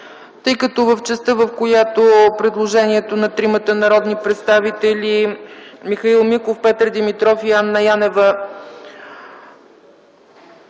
Тъй като частта, в която предложението на тримата народни представители Михаил Миков, Петър Димитров и Анна Янева